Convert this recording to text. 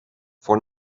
for